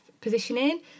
positioning